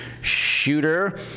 Shooter